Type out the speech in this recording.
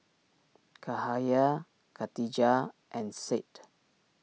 Cahaya Katijah and Said